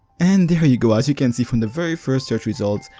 and here you go! as you can see from the very first search results,